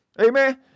Amen